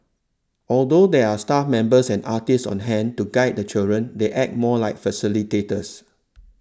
although there are staff members and artists on hand to guide the children they act more like facilitators